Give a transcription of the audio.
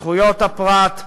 זכויות הפרט,